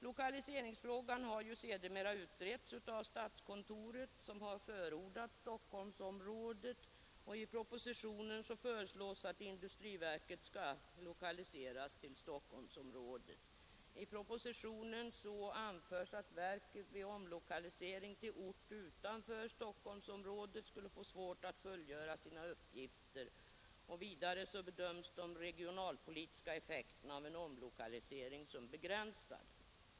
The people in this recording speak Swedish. Lokaliseringsfrågan har sedermera utretts av statskontoret, som har förordat Stockholmsområdet, och i propositionen föreslås att industriverket skall lokaliseras till Stockholmsområdet. I propositionen anförs att verket vid omlokalisering till ort utanför Stockholmsområdet skulle få svårt att fullgöra sina uppgifter. Vidare bedöms de regionalpolitiska effekterna av en omlokalisering som begränsade.